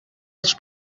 els